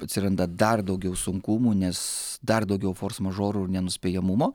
atsiranda dar daugiau sunkumų nes dar daugiau fors mažorų ir nenuspėjamumo